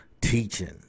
teaching